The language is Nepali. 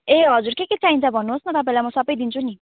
ए हजुर के के चाहिन्छ भन्नुहोस् न तपाईँलाई म सबै दिन्छु नि